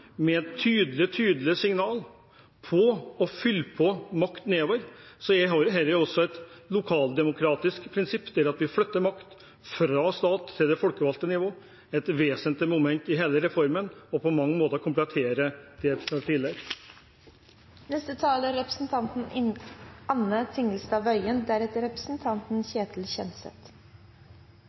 med et tydelig, tydelig signal om å flytte makt nedover, så er dette også et lokaldemokratisk prinsipp, der vi flytter makt fra stat til det folkevalgte nivå. Det er et vesentlig moment i hele reformen og kompletterer på mange måter det vi har fra tidligere. Jeg